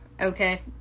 okay